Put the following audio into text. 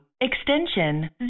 extension